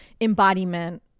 embodiment